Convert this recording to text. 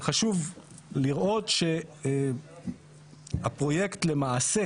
חשוב לראות שהפרויקט למעשה